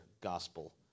gospel